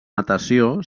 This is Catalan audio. natació